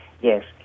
Yes